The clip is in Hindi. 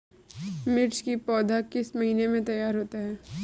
मिर्च की पौधा किस महीने में तैयार होता है?